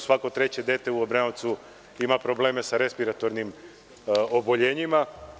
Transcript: Svako treće dete u Obrenovcu ima probleme sa respiratornim oboljenjima.